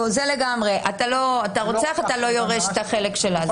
אתה רוצח, אתה לא יורש את החלק שלה.